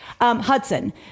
Hudson